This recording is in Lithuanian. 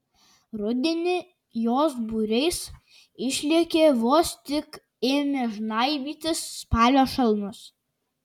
rudenį jos būriais išlėkė vos tik ėmė žnaibytis spalio šalnos